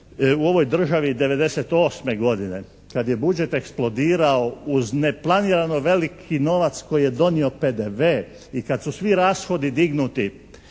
u ovoj državi 98. godine kad je budžet eksplodirao uz neplanirano veliki novac koji je donio PDV i kad su svi rashodi dignuti